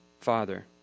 Father